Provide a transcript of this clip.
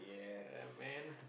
ya man